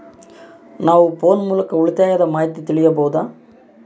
ನಾವು ಫೋನ್ ಮೂಲಕ ಉಳಿತಾಯದ ಮಾಹಿತಿ ತಿಳಿಯಬಹುದಾ?